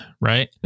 right